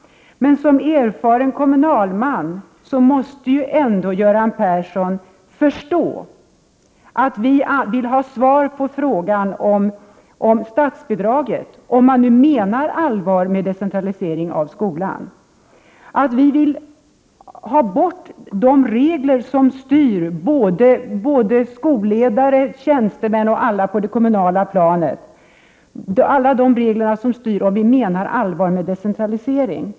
Men som den erfarne kommunalman som Göran Persson ändå är måste han förstå att vi vill ha svar på frågan om statsbidraget — om man nu menar allvar med talet om decentralisering av skolan — och att vi vill ha bort de regler som styr skolledare, tjänstemän och andra på det kommunala planet. Vi menar således allvar när vi talar om decentralisering.